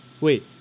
Wait